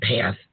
path